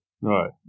Right